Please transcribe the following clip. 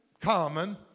common